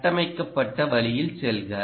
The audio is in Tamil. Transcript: கட்டமைக்கப்பட்ட வழியில் செல்க